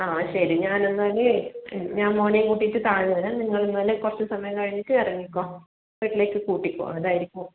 ആ ശരി ഞാനെന്നാൽ ഞാൻ മോനെയും കൂട്ടിയിട്ട് താഴെ വരാം നിങ്ങൾ എന്നാൽ കുറച്ചുസമയം കഴിഞ്ഞിട്ട് ഇറങ്ങിക്കോ ഹോസ്പിറ്റലിലേക്ക് കൂട്ടിക്കോ അതായിരിക്കും